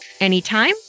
anytime